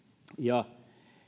ja